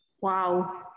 Wow